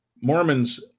Mormons